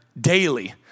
daily